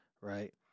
right